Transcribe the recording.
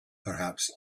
perhaps